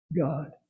God